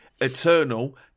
Eternal